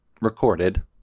recorded